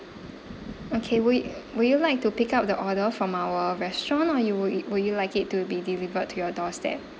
okay will will you like to pick up the order from our restaurant or you will y~ will you like it to be delivered to your doorstep